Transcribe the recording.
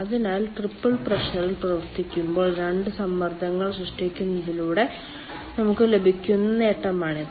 അതിനാൽ ട്രിപ്പിൾ പ്രഷറിൽ പ്രവർത്തിക്കുമ്പോൾ 2 സമ്മർദ്ദങ്ങൾ സൃഷ്ടിക്കുന്നതിലൂടെ നമുക്ക് ലഭിക്കുന്ന നേട്ടമാണിത്